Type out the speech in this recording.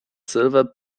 silver